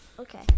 Okay